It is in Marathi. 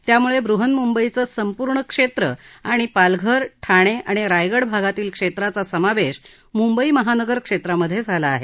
त्यामुळे ब्रहन्मुंबईचे संपूर्ण क्षेत्र आणि पालघर ठाणे आणि रायगड भागातील क्षेत्राचा समावेश मुंबई महानगर क्षेत्रामधे झाला आहे